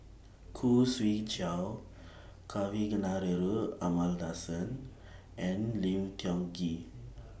Khoo Swee Chiow Kavignareru Amallathasan and Lim Tiong Ghee